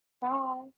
Bye